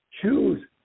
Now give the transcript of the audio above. choose